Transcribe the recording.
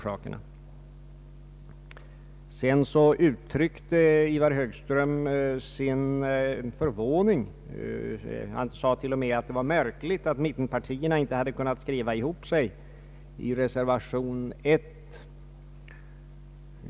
Sedan uttryckte herr Högström sin förvåning. Han sade t.o.m. att det var märkligt att mittenpartierna inte hade kunnat skriva ihop sig i reservationen 1.